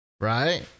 Right